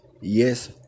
Yes